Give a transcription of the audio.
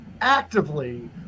actively